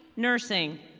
nursing.